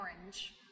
orange